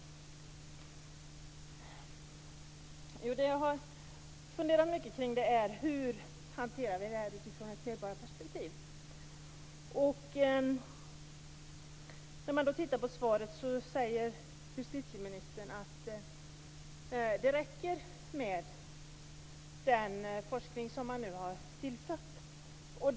Jag har funderat mycket kring hur detta skall hanteras utifrån ett medborgarperspektiv. I svaret säger justitieministern att det räcker med det aviserade forskningsprojektet.